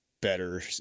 Better